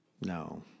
No